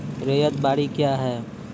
रैयत बाड़ी क्या हैं?